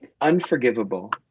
Unforgivable